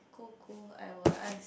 cool cool I will ask